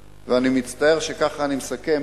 הזאת, ואני מצטער שככה אני מסכם